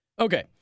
Okay